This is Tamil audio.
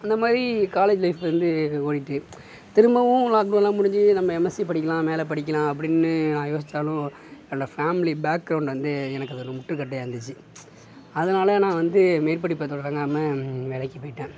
அந்தமாதிரி காலேஜ் லைஃப் வந்து ஓடிகிட்டு திரும்பவும் லாக்டவுன்லாம் முடிஞ்சு நம்ம எம்எஸ்சி படிக்கிலாம் மேலே படிக்கலாம் அப்படின்னு நான் யோசிச்சாலும் என்னோட ஃபேமிலி பேக்ரௌண்ட் வந்து எனக்கு அதில் முட்டுக்கட்டையாக இருந்துச்சு அதனால் நான் வந்து மேற்படிப்பை தொடங்காமல் வேலைக்கு போயிட்டேன்